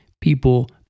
people